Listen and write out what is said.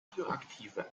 radioaktive